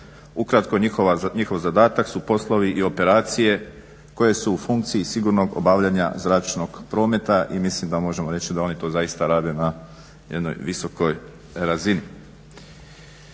Ukratko, njihov zadatak su poslovi i operacije koje su u funkciji sigurnog obavljanja zračnog prometa i mislim da možemo reći da oni to zaista rade na jednoj visokoj razini.